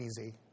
easy